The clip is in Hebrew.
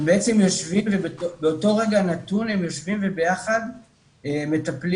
הם באותו רגע נתון יושבים וביחד מטפלים